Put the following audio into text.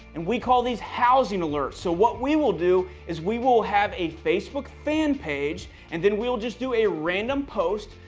and we call these housing alert. so what we will do is we will have a facebook fan page and then we'll just do a random post.